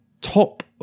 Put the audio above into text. top